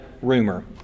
rumor